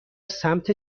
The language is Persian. سمت